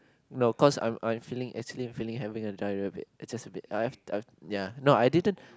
no cause I'm I'm feeling actually feeling having a diarrhoea bit it just a bit I've I've ya no I didn't